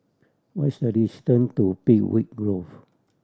what is the distance to Peakville Grove